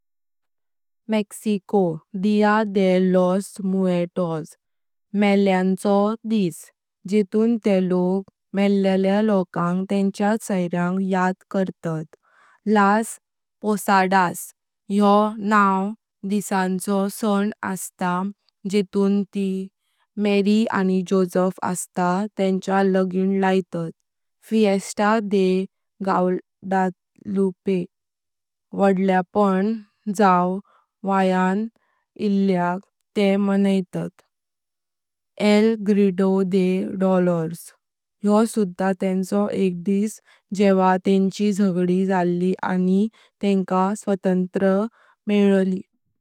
मेक्सिको। (मेल्यांचो दिस), जेवं ते लोक मेळल्या लोकांग तेंच्या सायऱ्यांग याद करतात, योह नव डिसांचो सण असता ते तुंत ती मरय अनि जोसफ असता तेंचा लागीम लयत, वडल्यापण जाव वयां इल्याल्याक ते मानयतात, योह सुधा तेंचो एक दिस जेंव्हा तेंचो झगडी जाली अनि तेंका स्वातंत्रता मेइल्ली।